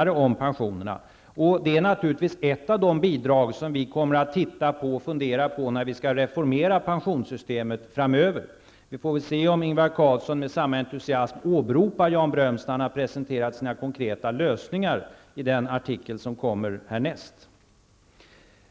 pensionssystemet framöver kommer vi naturligtvis att studera och fundera på bl.a. dessa inlägg. Vi får väl se om Ingvar Carlsson med samma entusiasm åberopar Jan Bröms när denne har presenterat sina konkreta lösningar i den artikel som kommer härnäst. Herr talman!